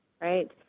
Right